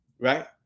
Right